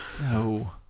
No